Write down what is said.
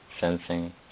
sensing